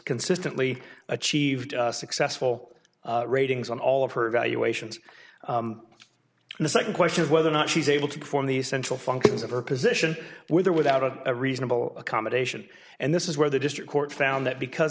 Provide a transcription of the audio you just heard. consistently achieved successful ratings on all of her evaluations the second question is whether or not she's able to perform the essential functions of her position with or without a reasonable accommodation and this is where the district court found that because